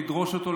לדרוש אותו,